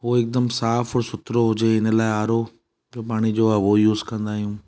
उहो हिकदमि साफ़ु ओर सुथिरो हुजे हिन लाइ आर ओ जो पाणी जो आहे उहो यूज़ कंदा आहियूं